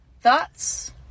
Thoughts